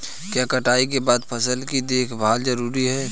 क्या कटाई के बाद फसल की देखभाल जरूरी है?